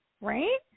right